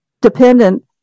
dependent